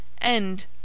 End